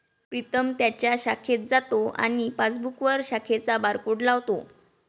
प्रीतम त्याच्या शाखेत जातो आणि पासबुकवर शाखेचा बारकोड लावतो